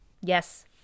yes